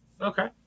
Okay